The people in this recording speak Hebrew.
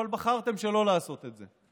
אבל בחרתם שלא לעשות את זה.